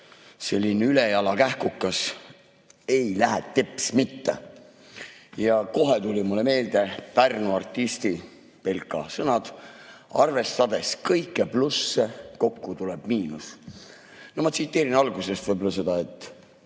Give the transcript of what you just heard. selline ülejala kähkukas ei lähe teps mitte. Ja kohe tulid mulle meelde Pärnu artisti Belka sõnad: arvestades kõiki plusse, kokku tuleb miinus. No ma tsiteerin algusest võib-olla seda: